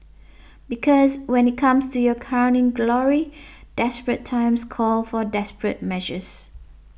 because when it comes to your crowning glory desperate times call for desperate measures